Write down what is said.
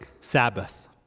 Sabbath